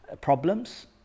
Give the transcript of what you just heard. problems